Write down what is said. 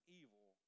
evil